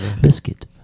Biscuit